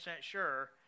sure